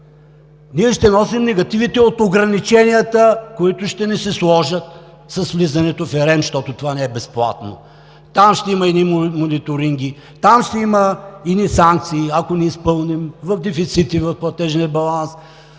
ние ще носим негативите от ограниченията, които ще ни се наложат с влизането в ERM, защото това не е безплатно. Там ще има едни мониторинги, там ще има санкции, ако не изпълним, в дефицити в платежния баланс,